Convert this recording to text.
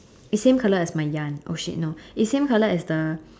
is same colour as my yarn !oh-shit! no it's same colour as the